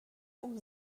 اون